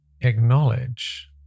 acknowledge